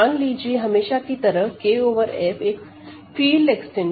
मान लीजिए हमेशा की तरह K ओवर F एक फील्ड एक्सटेंशन है